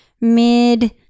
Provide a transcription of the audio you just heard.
mid